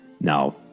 Now